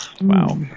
Wow